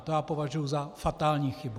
To já považuji za fatální chybu.